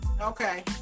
Okay